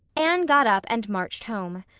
anne got up and marched home.